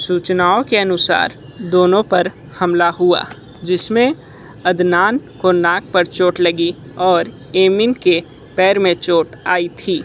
सूचनाओं के अनुसार दोनों पर हमला हुआ जिसमें अदनान को नाक पर चोट लगी और एमिन के पैर में चोट आई थी